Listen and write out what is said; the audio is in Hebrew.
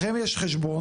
לכם יש חשבון,